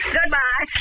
Goodbye